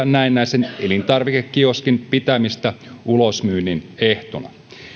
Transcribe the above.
näennäisen elintarvikekioskin pitämistä ulosmyynnin ehtona